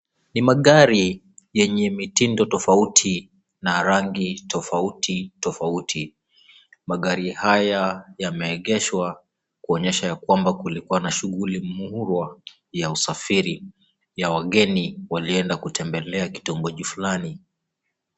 Ni magari yenye mitindo tofauti na rangi tofauti tofauti. Magari haya yameegeshwa kuonyesha kwamba kulikua na shughuli murwa ya usafiri ya wageni walienda kutembelea kitongoji flani.